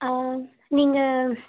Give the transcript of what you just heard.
நீங்கள்